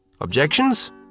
Objections